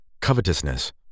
covetousness